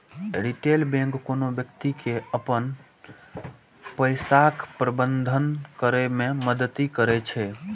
retail bank कोनो व्यक्ति के अपन पैसाक प्रबंधन करै मे मदति करै छै